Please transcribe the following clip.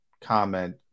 comment